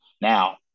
Now